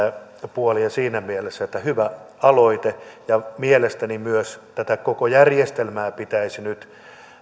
puolia siinä mielessä että hyvä aloite mielestäni myös tätä koko järjestelmää pitäisi nyt